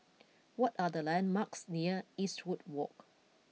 what are the landmarks near Eastwood Walk